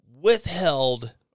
withheld